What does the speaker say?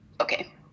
Okay